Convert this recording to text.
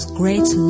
great